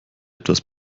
etwas